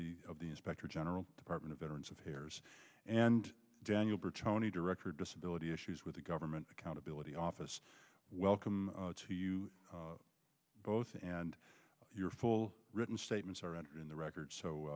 office of the inspector general department of veterans affairs and daniel bertoni director disability issues with the government accountability office welcome to you both and your full written statements are entered in the record so